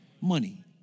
money